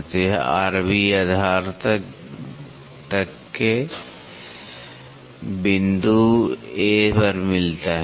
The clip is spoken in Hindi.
तो यह rb आधार तक एक बिंदु A पर मिलता है